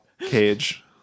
cage